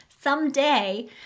someday